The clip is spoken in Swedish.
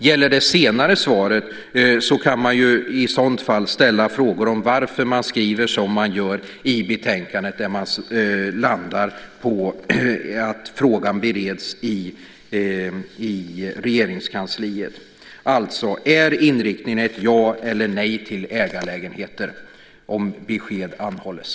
Gäller det senare svaret kan man ju ställa frågor varför man skriver som man gör i betänkandet, där man landar på att frågan bereds i Regeringskansliet. Är inriktningen ett ja eller nej till ägarlägenheter? Om besked anhålles.